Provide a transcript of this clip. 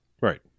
Right